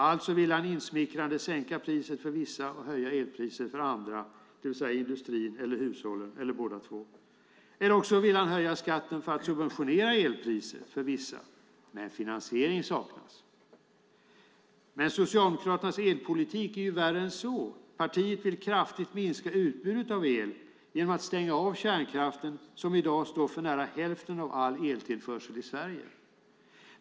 Alltså vill han insmickrande sänka elpriset för vissa och höja elpriset för andra, det vill säga för industrin eller för hushållen eller för båda två. Eller också vill han höja skatten för att subventionera elpriset för vissa. Men finansiering saknas. Men Socialdemokraternas elpolitik är värre än så. Partiet vill kraftigt minska utbudet av el genom att stänga av kärnkraften som i dag står för nära hälften av all eltillförsel i Sverige.